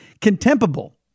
Contemptible